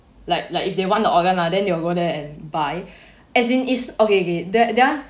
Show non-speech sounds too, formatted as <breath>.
like like if they want the organ lah then they'll go there and buy <breath> as in is okay okay that they're